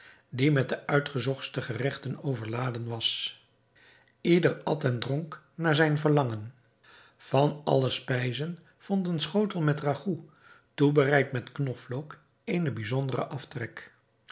die met de uitgezochtste geregten overladen was ieder at en dronk naar zijn verlangen van alle spijzen vond een schotel met ragout toebereid met knoflook eenen bijzonderen aftrek